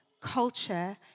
culture